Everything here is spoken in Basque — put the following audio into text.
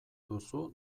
duzu